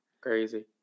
Crazy